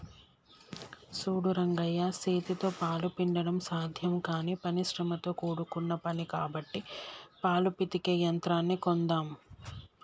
సూడు రంగయ్య సేతితో పాలు పిండడం సాధ్యం కానీ పని శ్రమతో కూడుకున్న పని కాబట్టి పాలు పితికే యంత్రాన్ని కొందామ్